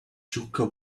chukka